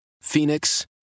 Phoenix